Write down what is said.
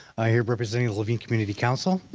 i'm here representing the laveen community council.